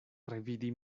revidi